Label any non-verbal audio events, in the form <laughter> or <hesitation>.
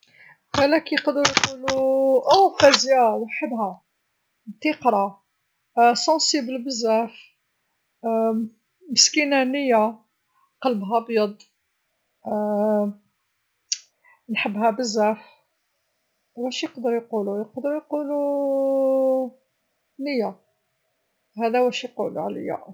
﻿قالك يقدرو يقولو <noise> وحدها، تيقرا، حساسه بزاف، مسكينه نيه، قلبها بيض <hesitation> نحبها بزاف، واش يقدرو يقولو؟ يقدرو يقولو <hesitation> نيه، هذا واش يقولو عليا.